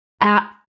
out